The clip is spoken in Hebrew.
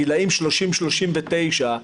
גילאים 30-39,